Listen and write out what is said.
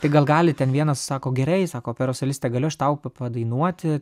tai gal gali ten vienas sako gerai sako operos solistė galiu aš tau padainuoti